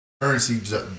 Currency